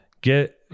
Get